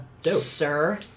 sir